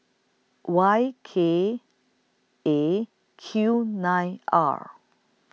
Y K A Q nine R